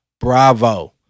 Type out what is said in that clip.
Bravo